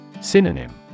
Synonym